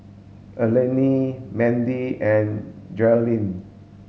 Alline Mindy and Geralyn